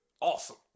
awesome